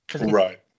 right